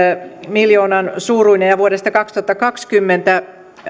miljoonan suuruinen ja vuodesta kaksituhattakaksikymmentä